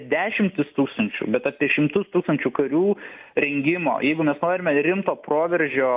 dešimtis tūkstančių bet apie šimtus tūkstančių karių rengimo jeigu mes norime rimto proveržio